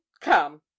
Come